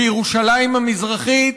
בירושלים המזרחית,